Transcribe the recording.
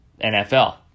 NFL